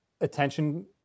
attention